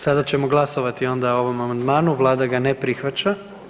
Sada ćemo glasovati onda o ovom amandmanu, Vlada ga ne prihvaća.